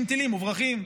50 טילים מוברחים.